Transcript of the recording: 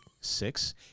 six